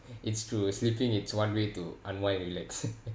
it's true sleeping it's one way to unwind relax